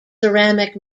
ceramic